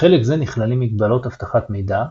בחלק זה נכללים מגבלות אבטחת מידע,